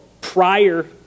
prior